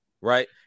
right